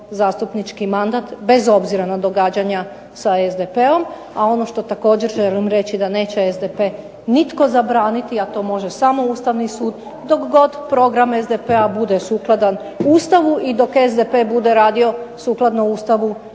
zastupnički mandat bez obzira na događanja sa SDP-om. A ono što također želim reći da neće SDP nitko zabraniti, a to može samo Ustavni sud dok god program SDP-a bude sukladan Ustavu i dok SDP bude radio sukladno Ustavu